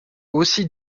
aussi